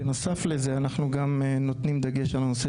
בנוסף לזה אנחנו גם נותנים דגש על העניין